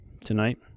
tonight